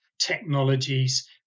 technologies